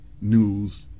news